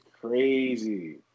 crazy